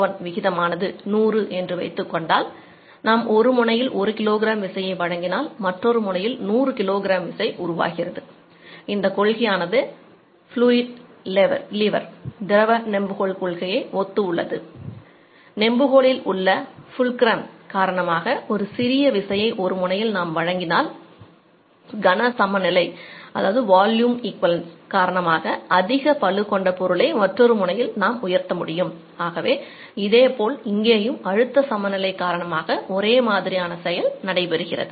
A2A1 விகிதமானது 100 எனில் நாம் ஒருமுனையில் 1kg F விசையை வழங்கினால் மற்றொரு முனையில் 100kg F விசை காரணமாக ஒரே மாதிரியான செயல் நடைபெறுகிறது